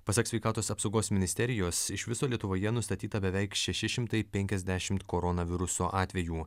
pasak sveikatos apsaugos ministerijos iš viso lietuvoje nustatyta beveik šeši šimtai penkiasdešimt koronaviruso atvejų